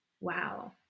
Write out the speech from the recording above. Wow